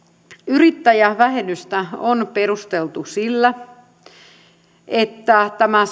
yrittäjävähennystä on perusteltu sillä että tämä